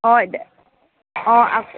অঁ দে অঁ আকৌ